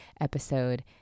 episode